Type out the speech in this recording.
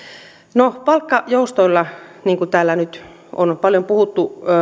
no palkkajoustoilla niin kuin täällä nyt on paljon puhuttu